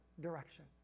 direction